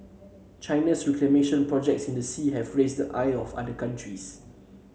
China's reclamation projects in the sea have raised ire of other countries